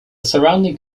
surrounding